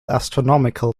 astronomical